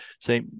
say